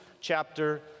chapter